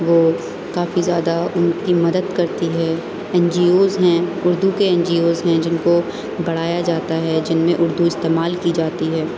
وہ کافی زیادہ ان کی مدد کرتی ہے این جی اوز ہیں اردو کے این جی اوز ہیں جن کو بڑھایا جاتا ہے جن میں اردو استعمال کی جاتی ہے